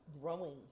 growing